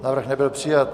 Návrh nebyl přijat.